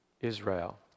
Israel